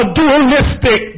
dualistic